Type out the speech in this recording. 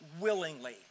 willingly